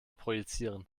projizieren